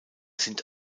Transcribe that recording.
sind